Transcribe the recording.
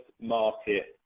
market